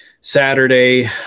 saturday